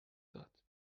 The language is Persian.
داد